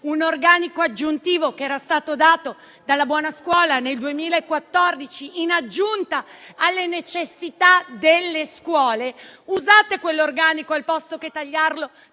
un organico aggiuntivo che era stato dato dalla Buona Scuola nel 2014 per le necessità delle scuole. Usate quell'organico, anziché tagliarlo,